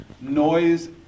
Noise